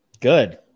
Good